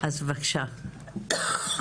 אז בבקשה שירה.